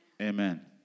Amen